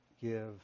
give